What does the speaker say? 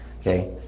Okay